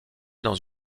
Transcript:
dans